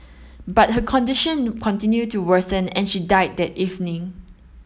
but her condition continued to worsen and she died that evening